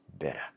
better